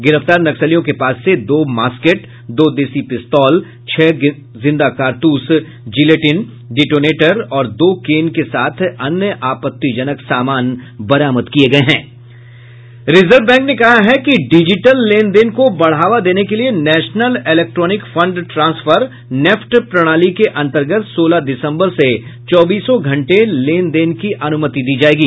गिरफ्तार नक्सलियों के पास से दो मास्केट दो देशी पिस्तौल छह जिंदा कारतूस जिलेटिन और डेटोनेटर दो केन के साथ अन्य आपत्तिजनक सामान बरामद किये गये हैं रिजर्व बैंक ने कहा है कि डिजिटल लेनदेन को बढ़ावा देने के लिए national electronic fund transfer NEFT प्रणाली के अंतर्गत सोलह दिसम्बर से चौबीसों घंटे लेन देन की अनुमति दी जाएगी